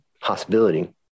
possibility